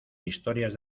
historias